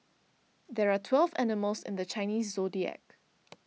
there are twelve animals in the Chinese zodiac